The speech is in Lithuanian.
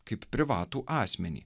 kaip privatų asmenį